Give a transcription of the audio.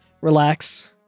relax